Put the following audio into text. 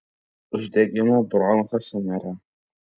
uždegimo bronchuose nėra